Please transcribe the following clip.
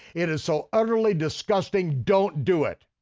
it is so utterly disgusting, don't do it.